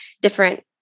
different